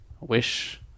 Wish